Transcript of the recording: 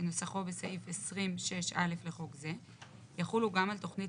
כניסוחו בסעיף 20.6 (א') לחוק זה יחולו גם על תכנית